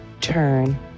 turn